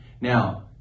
Now